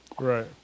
Right